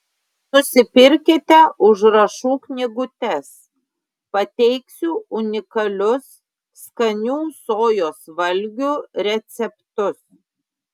nusipirkite užrašų knygutes pateiksiu unikalius skanių sojos valgių receptus